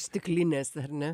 stiklinės ar ne